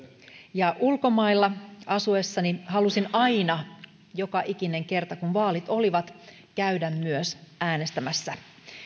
ja ulkomailla asuessani halusin aina joka ikinen kerta kun vaalit olivat myös käydä äänestämässä